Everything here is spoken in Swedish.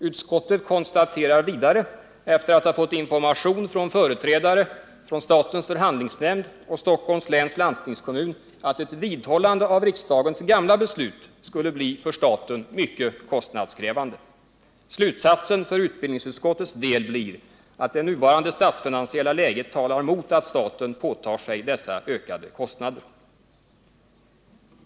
Utskottet konstaterar vidare, efter att ha fått information från företrädare för statens förhandlingsnämnd och Stockholms läns landstingskommun, att ett vidhållande av riksdagens gamla beslut skulle bli för staten mycket kostnadskrävande. Slutsatsen för utbildningsutskottets del blir att det nuvarande statsfinansiella läget talar mot att staten påtar sig dessa ökade kostnader.